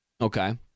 Okay